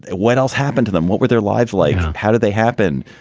ah what else happened to them? what were their lives like? how did they happen?